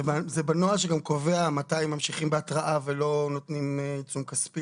זה בנוהל שגם קובע מתי ממשיכים בהתראה ולא נותנים עיצום כספי.